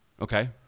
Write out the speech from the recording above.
Okay